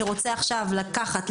שרוצה עכשיו לקחת,